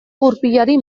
gurpilari